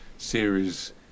Series